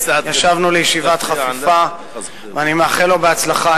ישבנו לישיבת חפיפה, ואני מאחל לו הצלחה.